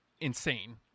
insane